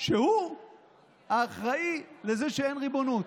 שהוא האחראי לזה שאין ריבונות?